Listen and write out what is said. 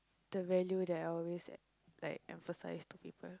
the value that I always e~ like emphasise to people